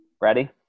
Ready